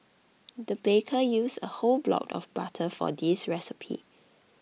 the baker used a whole block of butter for this recipe